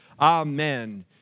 amen